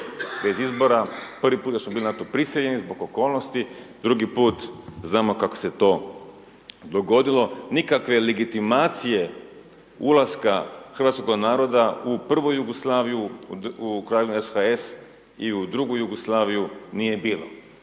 Bez izbora, prvi put da smo bili na to prisiljeni zbog okolnosti, drugi put znamo kako se to dogodilo, nikakve legitimacije ulaska hrvatskoga naroda u prvu Jugoslaviju u Kraljevinu SHS i u drugu Jugoslaviju nije bilo.